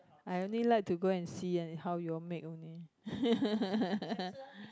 I only like to go and see and how you all make only